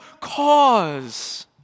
cause